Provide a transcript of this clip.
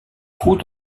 trous